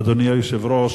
אדוני היושב-ראש,